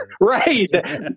right